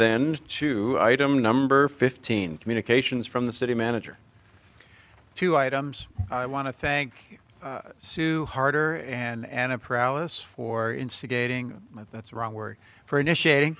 then to item number fifteen communications from the city manager two items i want to thank sue harder and a paralysis for instigating that's wrong word for initiating